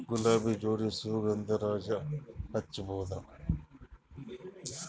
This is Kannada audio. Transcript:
ಗುಲಾಬಿ ಜೋಡಿ ಸುಗಂಧರಾಜ ಹಚ್ಬಬಹುದ?